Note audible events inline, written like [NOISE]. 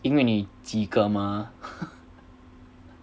因为你及格嘛 [LAUGHS]